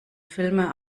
filme